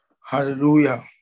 Hallelujah